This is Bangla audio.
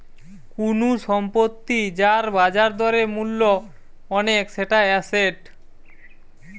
কুনু সম্পত্তি যার বাজার দরে মূল্য অনেক সেটা এসেট